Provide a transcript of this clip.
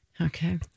Okay